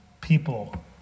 people